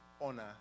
honor